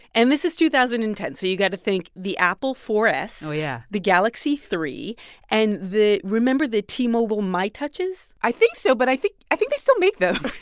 and this is two thousand and ten, so you got to think the apple four s. oh, yeah. the galaxy three and the remember the t-mobile mytouches? i think so, but i think i think they still make them